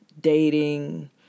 dating